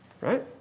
Right